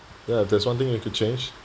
ya there's one thing you could change